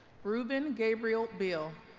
reuben gabriel biel